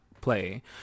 play